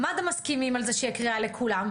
מד"א מסכימים על זה שיהיה קריאה לכולם,